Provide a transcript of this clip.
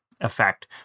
effect